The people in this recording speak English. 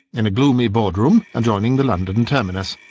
in a gloomy board room adjoining the london terminus.